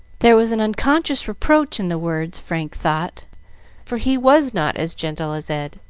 there was an unconscious reproach in the words, frank thought for he was not as gentle as ed,